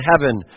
heaven